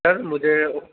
سر مجھے